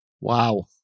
Wow